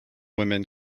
woman